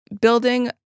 Building